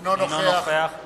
אינו נוכח בנימין בן-אליעזר,